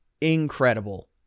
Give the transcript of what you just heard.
incredible